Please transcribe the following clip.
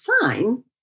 fine